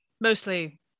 Mostly